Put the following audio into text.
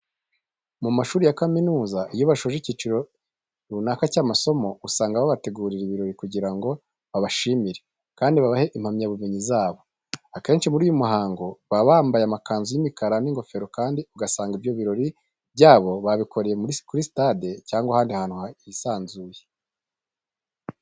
Mu mashuri ya kaminuza iyo basoje ikiciro runaka cy'amasomo usanga babategurira ibirori kugira ngo babashimire kandi babahe impamyabumenyi zabo. Akenshi muri uyu muhango baba bambaye amakanzu y'imikara n'ingofero kandi ugasanga ibyo birori byabo babikoreye kuri sitade cyangwa ahandi hantu hisanzuye.